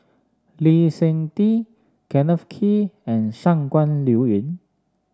Lee Seng Tee Kenneth Kee and Shangguan Liuyun